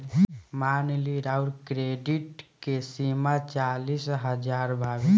मान ली राउर क्रेडीट के सीमा चालीस हज़ार बावे